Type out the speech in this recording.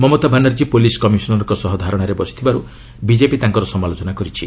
ମମତା Banerjee police କମିଶନରଙ୍କ ସହ ଧାରଣାରେ ବସିଥିବାରୁ ବିଜେପି ତାଙ୍କର ସମାଲୋଚନା କରିଛି